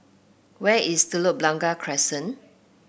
where is Telok Blangah Crescent